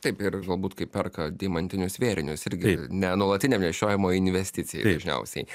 taip ir galbūt kaip perka deimantinius vėrinius irgi ne nuolatiniam nešiojimui o investicijai dažniausiai